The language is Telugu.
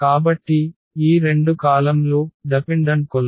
కాబట్టి ఈ రెండు కాలమ్ లు ఆధారిత కాలమ్